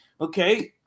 okay